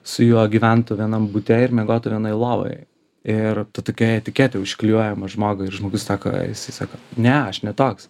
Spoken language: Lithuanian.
su juo gyventų vienam bute ir miegotų vienoj lovoj ir ta tokia etiketė užklijuojama žmogui ir žmogus sako jisai sako ne aš ne toks